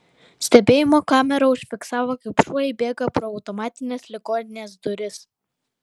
stebėjimo kamera užfiksavo kaip šuo įbėga pro automatines ligoninės duris